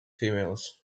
females